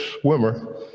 swimmer